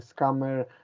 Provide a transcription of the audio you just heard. scammer